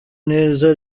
neza